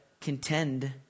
contend